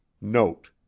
note